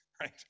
right